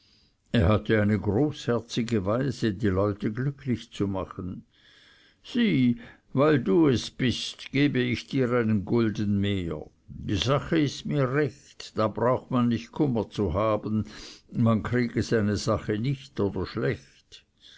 er hatte eine großherzige weise die leute glücklich zu machen sieh weil du es bist gebe ich dir einen gulden mehr die sache ist mir recht da braucht man nicht kummer zu haben man kriege seine sache nicht oder schlecht